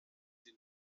sie